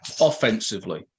offensively